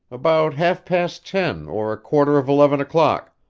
about half past ten or a quarter of eleven o'clock.